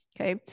Okay